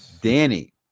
Danny